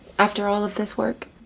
after all of this work?